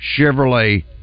Chevrolet